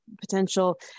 potential